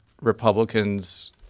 Republicans